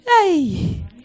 Hey